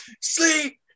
sleep